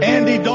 Andy